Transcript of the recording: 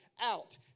out